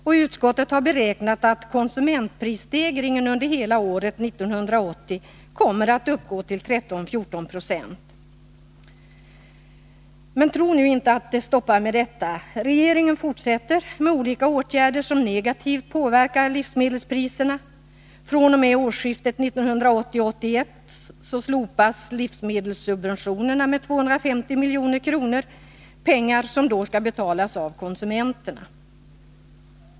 Och utskottet har beräknat att konsumentprisstegringen under hela 1980 kommer att uppgå till 13—14 96. Men tro nu inte att det stoppar med detta. Regeringen fortsätter med olika åtgärder som negativt påverkar livsmedelspriserna. fr.o.m. årsskiftet 1980-1981 minskar livsmedelssubventionerna med 250 milj.kr. — pengar som får betalas av konsumenterna.